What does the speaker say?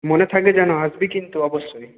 মনে থাকে যেন আসবি কিন্তু অবশ্যই